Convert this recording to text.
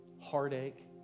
heartache